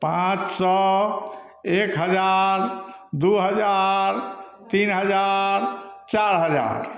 पाँच सौ एक हजार दो हजार तीन हजार चार हजार